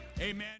Amen